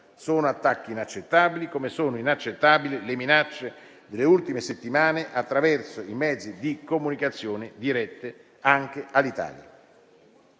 Sono attacchi inaccettabili, come sono inaccettabili le minacce delle ultime settimane attraverso i mezzi di comunicazione, dirette anche all'Italia.